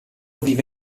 vive